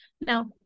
Now